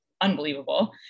unbelievable